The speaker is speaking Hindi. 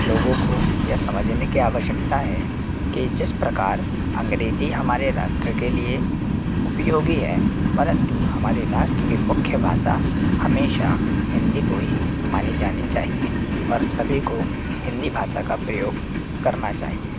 लोगों को यह समझने की आवश्यकता है कि जिस प्रकार अंग्रेजी हमारे राष्ट्र के लिए उपयोगी है परंतु हमारे राष्ट्र की मुख्य भाषा हमेशा हिन्दी को ही मानी जानी चाहिए और सभी को हिन्दी भाषा का प्रयोग करना चाहिए